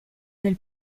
del